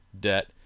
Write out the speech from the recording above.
debt